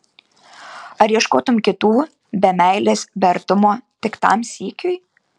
ar ieškotum kitų be meilės be artumo tik tam sykiui